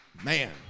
Man